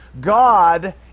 God